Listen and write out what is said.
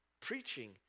preaching